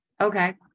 Okay